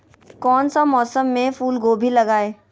कौन सा मौसम में फूलगोभी लगाए?